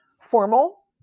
formal